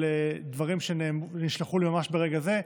דברים שנשלחו לי ממש ברגע זה.